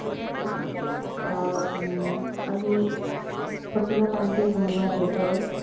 গতিকে আমি প্ৰতিমা পাণ্ডে বৰুৱাদেৱৰ